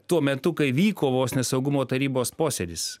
tuo metu kai vyko vos ne saugumo tarybos posėdis